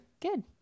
Good